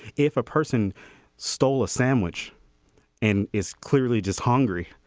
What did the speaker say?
if a person stole a sandwich and is clearly just hungry.